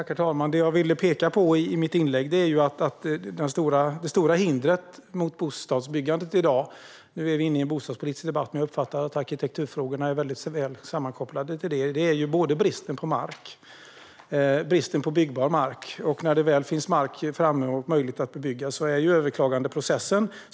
Herr talman! Det jag ville peka på i mitt inlägg är vad som är det stora hindret mot bostadsbyggandet i dag. Nu är vi inne i en bostadspolitisk debatt, men jag uppfattar att arkitekturfrågorna är väl sammankopplade med den. Det råder brist på byggbar mark, och när det väl finns mark att bebygga finns det också en överklagandeprocess.